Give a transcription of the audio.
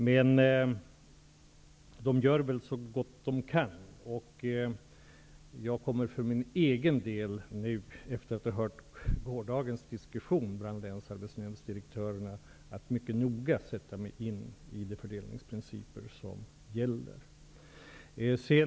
Men verkets tjänstemän gör väl så gott de kan, och jag kommer för min egen del, efter att ha hört gårdagens diskussion mellan länsarbetsdirektörerna, att mycket noga sätta mig in i de fördelningsprinciper som gäller.